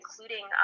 including